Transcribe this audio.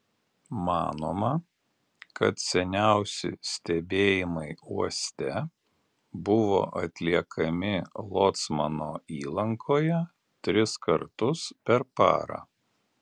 manoma kad seniausi stebėjimai uoste buvo atliekami locmano įlankoje tris kartus per parą